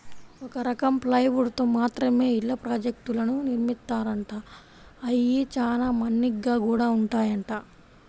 ఒక రకం ప్లైవుడ్ తో మాత్రమే ఇళ్ళ ప్రాజెక్టులను నిర్మిత్తారంట, అయ్యి చానా మన్నిగ్గా గూడా ఉంటాయంట